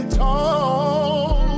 tall